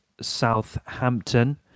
Southampton